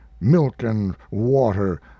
milk-and-water